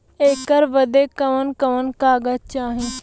ऐकर बदे कवन कवन कागज चाही?